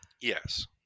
Yes